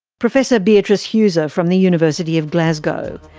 professor beatrice heuser from the university of glasgow.